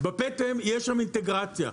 בפטם יש שם אינטגרציה,